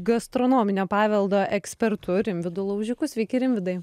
gastronominio paveldo ekspertu rimvydu laužiku sveiki rimvydai